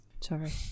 sorry